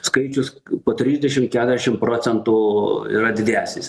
skaičius po trisdešimt keturiasdešimt procentų yra didesnis